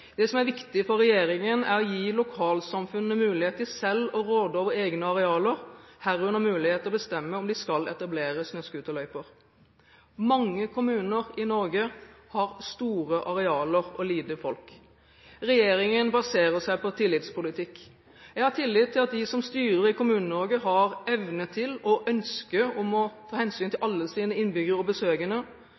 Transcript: Det som er viktig for regjeringen, er å gi lokalsamfunnene mulighet til selv å råde over egne arealer, herunder mulighet til å bestemme om de skal etablere snøscooterløyper. Mange kommuner i Norge har store arealer og lite folk. Regjeringen baserer seg på tillitspolitikk. Jeg har tillit til at de som styrer i Kommune-Norge, har evne til og ønske om å ta hensyn til alle sine innbyggere og besøkende,